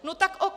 No tak OK